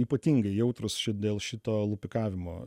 ypatingai jautrūs dėl šito lupikavimo